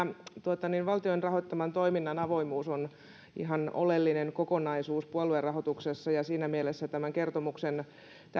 että valtion rahoittaman toiminnan avoimuus on ihan oleellinen kokonaisuus puoluerahoituksessa ja siinä mielessä tämän kertomuksen